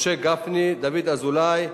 משה גפני, דוד אזולאי,